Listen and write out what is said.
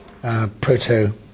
Proto